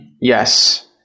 Yes